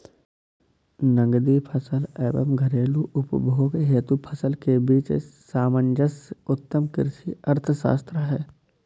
नकदी फसल एवं घरेलू उपभोग हेतु फसल के बीच सामंजस्य उत्तम कृषि अर्थशास्त्र है